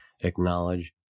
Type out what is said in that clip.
acknowledge